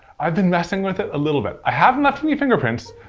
i've been messing with it a little bit. i haven't left any fingerprints,